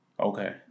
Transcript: Okay